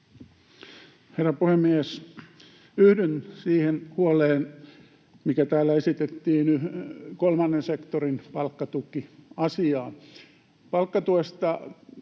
Herra puhemies! Yhdyn siihen huoleen, mikä täällä esitettiin kolmannen sektorin palkkatukiasiaan.